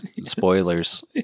Spoilers